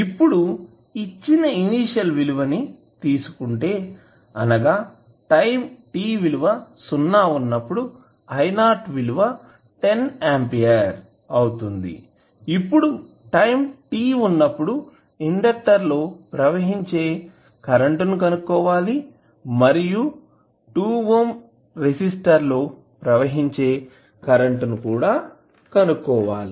ఇప్పుడు ఇచ్చిన ఇనీషియల్ విలువ ని తీసుకుంటేటైం t విలువ సున్నా ఉన్నప్పుడు I0 విలువ 10 ఆంపియర్ ఇప్పుడు టైం t వున్నప్పుడు ఇండెక్టర్ లో ప్రవహించే కరెంటు ని కనుక్కోవాలి మరియు 2 ఓం రెసిస్టర్ లో ప్రవహించే కరెంటు ని కూడా కనుక్కోవాలి